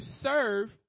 serve